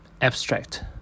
Abstract